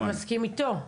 אז אתה מסכים איתו?